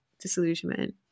disillusionment